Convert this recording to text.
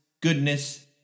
goodness